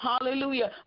hallelujah